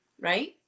Right